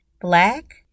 Black